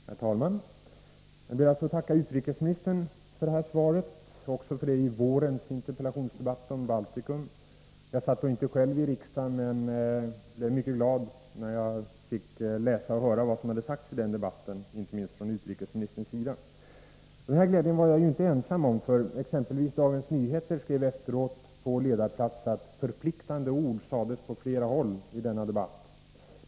Herr talman! Jag ber att få tacka utrikesministern för det här svaret och också för det svar som lämnades i vårens interpellationsdebatt om Baltikum. Jag satt då inte själv i riksdagen, men blev mycket glad när jag hörde talas om och läste vad som hade sagts i den debatten, inte minst av utrikesministern. Jag var inte ensam om att känna den glädjen, för exempelvis Dagens Nyheter skrev efter debatten på ledarplats att ”förpliktande ord sades på flera håll i denna riksdagsdebatt.